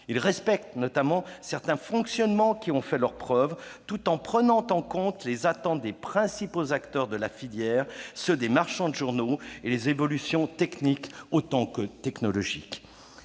Il respecte notamment certains fonctionnements qui ont fait leurs preuves, tout en prenant en compte les attentes des principaux acteurs de la filière, à savoir les marchands de journaux, et les évolutions techniques autant que technologiques.